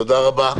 תודה רבה.